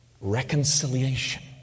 reconciliation